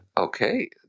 Okay